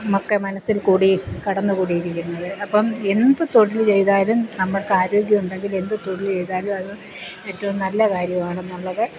മക്കളെ മനസ്സിൽ കൂടി കടന്നു കൂടിയിരിക്കുന്നത് അപ്പം എന്ത് തൊഴിൽ ചെയ്താലും നമ്മൾക്ക് ആരോഗ്യമുണ്ടെങ്കിൽ എന്ത് തൊഴിൽ ചെയ്താലും അത് ഏറ്റവും നല്ല കാര്യമാണെന്നുള്ളത്